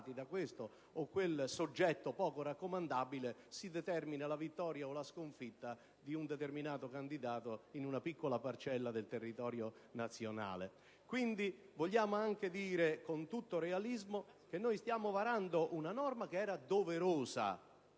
da questo o quel soggetto poco raccomandabile si determina la vittoria o la sconfitta di un determinato candidato in una piccola parcella del territorio nazionale. Quindi si può dire, con tutto realismo, che stiamo varando una norma sicuramente doverosa,